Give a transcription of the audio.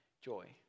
joy